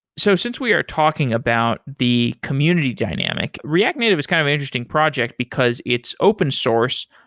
so since we are talking about the community dynamic, react native is kind of an interesting project, because it's open source,